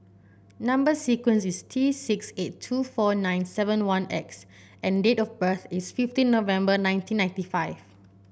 number sequence is T six eight two four nine seven one X and date of birth is fifteen November nineteen ninety five